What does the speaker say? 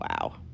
Wow